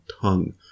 tongue